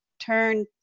turn